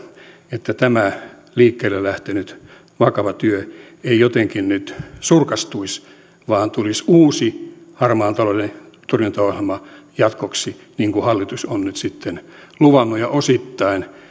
että tämä liikkeelle lähtenyt vakava työ ei jotenkin nyt surkastuisi vaan tulisi uusi harmaan talouden torjuntaohjelma jatkoksi niin kuin hallitus on nyt sitten luvannut ja osittain